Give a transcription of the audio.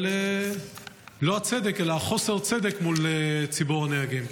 אבל לא צדק, אלא זה חוסר הצדק מול ציבור הנהגים.